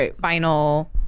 final